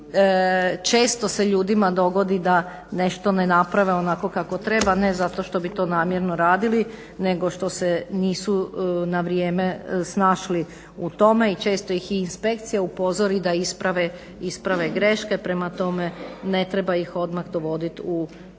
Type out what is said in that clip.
često se ljudima dogodi da nešto ne naprave onako kako to treba ne zato što bi to namjerno radili nego što se nisu na vrijeme snašli u tome i često ih inspekcija upozori da isprave greške, prema tome ne treba ih odmah dovoditi u kaznenu